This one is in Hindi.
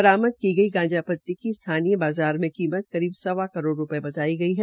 बरामद की गई गांजापती की स्थानीय बाज़ार में कीमत करीब सवा करोड़ रूपये बताई गई है